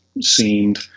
seemed